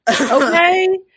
Okay